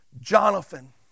Jonathan